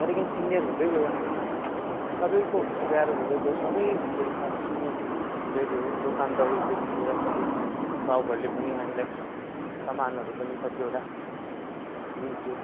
त्यहाँदेखि सिनियर हुँदै गयो हामी सबैको प्यारो हुँदै गयो सबै होटेलमा चिन्ने हुँदै गयो दोकान दौडीदेखि लिएर त्यहाँदेखि साहूहरूले पनि हामीलाई सामानहरू पनि कतिवटा दिन्थ्यो